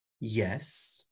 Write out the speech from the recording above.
yes